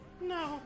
No